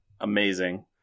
Amazing